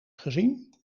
gezien